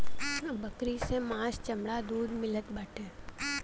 बकरी से मांस चमड़ा दूध मिलत बाटे